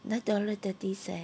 nine dollar thirty cent